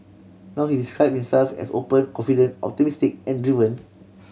now he describe himself as open confident optimistic and driven